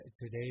today